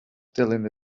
dilyn